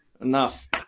enough